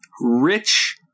rich